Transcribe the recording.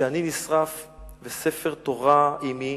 שאני נשרף וספר תורה עמי,